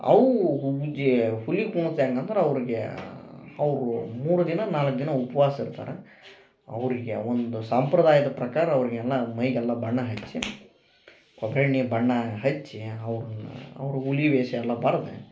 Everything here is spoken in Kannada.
ಅವೂ ಹುಮ್ಜಿ ಹುಲಿ ಕುಣಿತ ಹೆಂಗಂದರ ಅವರಿಗೆ ಅವರು ಮೂರು ದಿನ ನಾಲ್ಕು ದಿನ ಉಪ್ವಾಸ ಇರ್ತಾರ ಅವರಿಗ್ಯ ಒಂದು ಸಾಂಪ್ರದಾಯದ ಪ್ರಕಾರ ಅವ್ರಿಗೆಲ್ಲ ಮೈಗೆಲ್ಲ ಬಣ್ಣ ಹಚ್ಚಿ ಕೊಬ್ರಿ ಎಣ್ಣಿ ಬಣ್ಣ ಹಚ್ಚಿ ಅವರನ್ನ ಅವರು ಹುಲಿ ವೇಷ ಎಲ್ಲ ಬರ್ದು